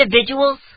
individuals